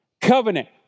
Covenant